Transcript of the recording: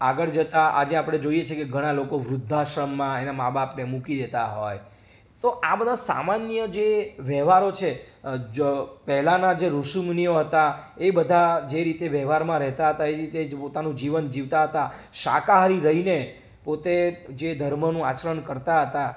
આગળ જતા આજે આપણે જોઈએ છે કે ઘણાં લોકો વૃધાશ્રમમાં એના મા બાપને મૂકી દેતા હોય તો આ બધા સામાન્ય જે વ્યવહારો છે પહેલાંના જે ઋષિમુનિઓ હતા એ બધા જે રીતે વ્યવહારમાં રહેતા હતા એ જ રીતે પોતાનું જીવન જીવતા હતા શાકાહારી રહીને પોતે જે ધર્મનું આચરણ કરતા હતા